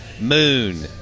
moon